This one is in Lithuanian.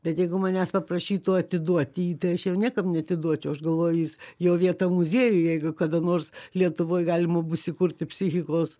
bet jeigu manęs paprašytų atiduoti jį tai aš jau niekam neatiduočiau aš galvoju jis jo vieta muziejuj jeigu kada nors lietuvoj galima bus įkurti psichikos